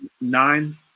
nine